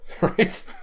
right